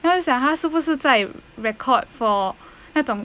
他是讲他是不是在 record for 那种